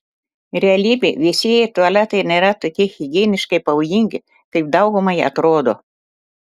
realybė viešieji tualetai nėra tokie higieniškai pavojingi kaip daugumai atrodo